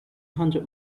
hundred